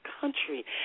country